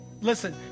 Listen